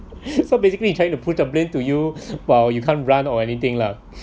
so basically he's trying to push the blame to you while you can't run or anything lah